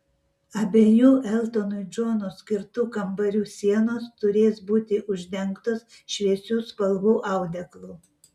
abiejų eltonui džonui skirtų kambarių sienos turės būti uždengtos šviesių spalvų audeklu